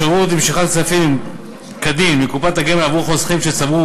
אפשרות למשיכת כספים כדין מקופת הגמל עבור חוסכים שצברו